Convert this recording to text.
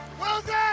Wilson